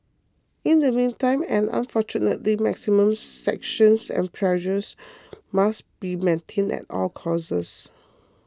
in the meantime and unfortunately maximum sanctions and pressure must be maintained at all costs